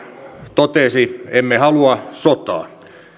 totesi emme halua sotaa